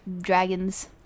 dragons